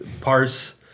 parse